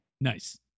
Nice